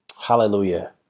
hallelujah